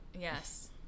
Yes